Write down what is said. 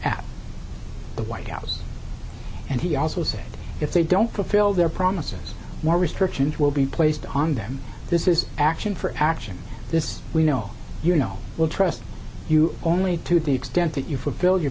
at the white house and he also said if they don't fulfill their promises more restrictions will be placed on them this is action for action this we know you know will trust you only to the extent that you fulfill your